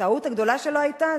הטעות הגדולה שלו היתה,